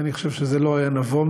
אני חושב שזה לא היה נבון,